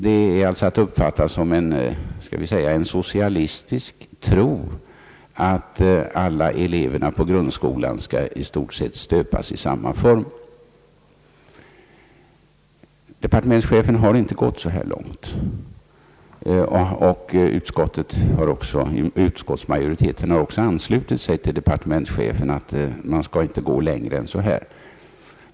Man kan alltså uppfatta det som en socialistisk tro, att alla elever i grundskolan skall i stort sett stöpas i samma form. Departementschefen har inte gått så långt, och utskottsmajoriteten har anslutit sig till departementschefens uppfattning att man inte skall gå längre än så här.